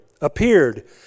appeared